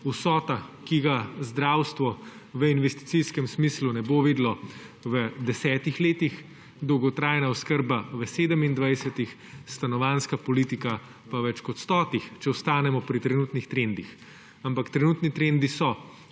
vsota, ki ga zdravstvo v investicijskem smislu ne bo videlo v desetih letih, dolgotrajna oskrba v sedemindvajsetih, stanovanjska politika pa več kot stotih, če ostanemo pri trenutnih trendih. Ampak trenutni trendi so,